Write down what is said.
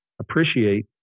appreciate